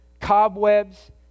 Cobwebs